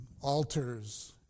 altars